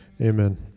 amen